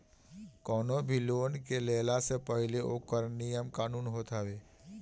कवनो भी लोन के लेहला से पहिले ओकर नियम कानून होत हवे